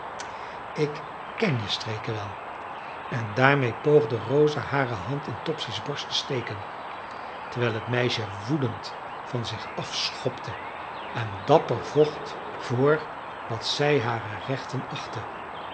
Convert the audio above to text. ik ken je streken wel en daarmede poogde rosa hare hand in topsy's borst te steken terwijl het meisje woedend van zich af schopte en dapper vocht voor wat zij hare rechten achtte